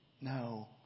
No